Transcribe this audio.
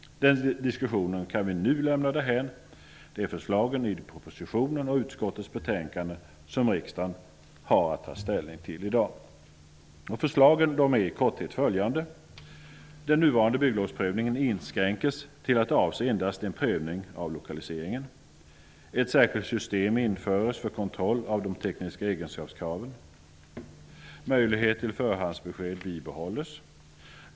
Den diskussionen kan vi nu lämna därhän. Det är förslagen i propositionen och i utskottets betänkande som riksdagen har att ta ställning till i dag. Förslagen är i korthet följande: -- Den nuvarande bygglovsprövningen inskränks till att avse endast en prövning av lokaliseringen. -- Ett särskilt system införs för kontroll av de tekniska egenskapskraven.